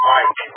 Mike